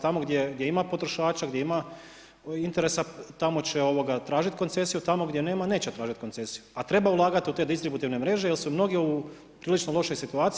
Tamo gdje ima potrošača, gdje ima interesa tamo će tražit koncesiju, tamo gdje nema neće tražit koncesiju, a treba ulagat u te distributivne mreže jer su mnogi u prilično lošoj situaciji.